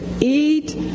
Eat